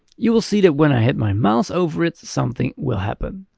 you will see that when i hit my mouse over it, something will happen.